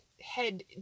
head